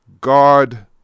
God